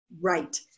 Right